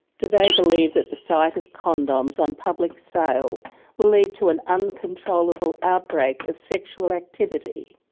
do they believe that the sight of condoms on public sale will lead to an uncontrollable outbreak of sexual activity?